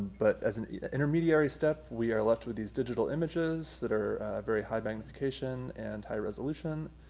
but as an intermediary step we are left with these digital images that are very high magnification and high resolution.